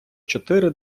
чотири